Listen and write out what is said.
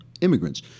immigrants